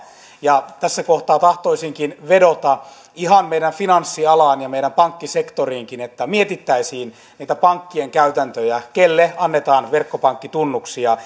tässä kohtaa tahtoisinkin vedota ihan meidän finanssialaamme ja meidän pankkisektoriimmekin että mietittäisiin niitä pankkien käytäntöjä kenelle annetaan verkkopankkitunnuksia